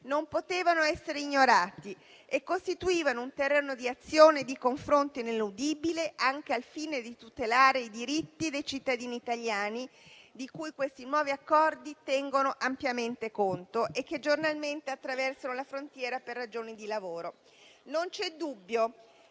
non potevano essere ignorate e costituivano un terreno di azione e di confronto ineludibile anche al fine di tutelare i diritti dei cittadini italiani - di cui questi nuovi accordi tengono ampiamente conto - che giornalmente attraversano la frontiera per ragioni di lavoro. Non c'è dubbio